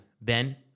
Ben